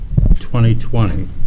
2020